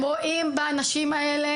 הם רואים בנשים האלה